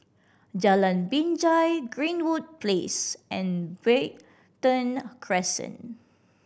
Jalan Binjai Greenwood Place and Brighton Crescent